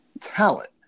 talent